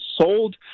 sold